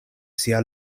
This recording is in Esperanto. sia